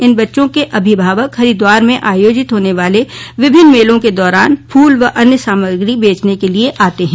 इन बच्चों के अभिभावक हरिद्वार में आयोजित होने वाले विभिन्न मेलों के दौरान फूल व अन्य सामग्री बेचने के लिए आते हैं